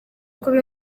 kuba